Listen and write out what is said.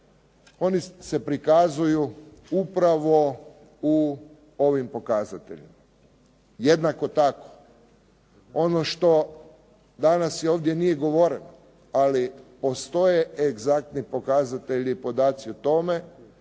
oni se prikazuju upravo u ovim pokazateljima. Jednako tako ono što danas ovdje nije govoreno ali postoje egzaktni pokazatelji, podaci o tome